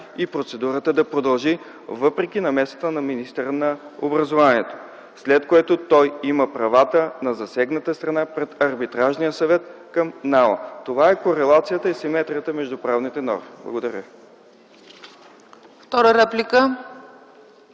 и процедурата да продължи, въпреки намесата на министъра на образованието, след което той има правата на засегната страна пред Арбитражния съвет към НАОА. Това е корелацията и симетрията между правните норми. Благодаря